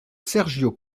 sergio